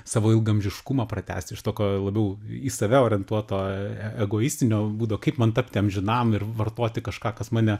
savo ilgaamžiškumą pratęsti iš to ko labiau į save orientuoto egoistinio būdo kaip man tapti amžinam ir vartoti kažką kas mane